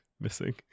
missing